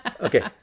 Okay